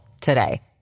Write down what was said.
today